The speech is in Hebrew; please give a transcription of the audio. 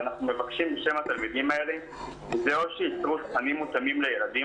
ואנחנו מבקשים בשם התלמידים האלה או שייצרו תכנים מותאמים לילדים